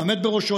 מהעומד בראשו,